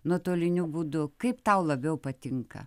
nuotoliniu būdu kaip tau labiau patinka